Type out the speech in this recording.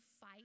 fight